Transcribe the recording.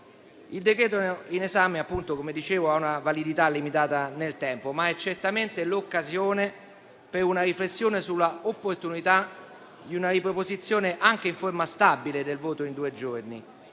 dicevo, ha una validità limitata nel tempo, ma è certamente l'occasione per una riflessione sull'opportunità di una riproposizione anche in forma stabile del voto in due giorni: